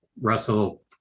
Russell